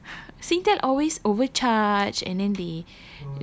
singtel always overcharge and then they